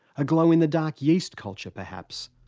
a glow-in-the-dark yeast culture, perhaps.